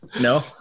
no